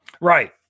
Right